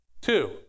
Two